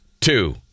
two